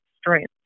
strength